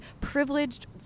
privileged